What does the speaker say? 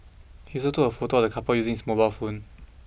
he also took a photo of the couple using his mobile phone